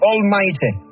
Almighty